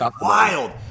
wild